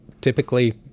typically